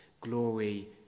glory